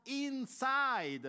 inside